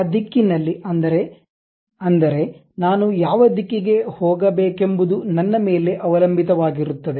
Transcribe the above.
ಆ ದಿಕ್ಕಿನಲ್ಲಿ ಅಂದರೆ ನಾನು ಯಾವ ದಿಕ್ಕಿಗೆ ಹೋಗಬೇಕೆಂಬುದು ನನ್ನ ಮೇಲೆ ಅವಲಂಬಿತವಾಗಿರುತ್ತದೆ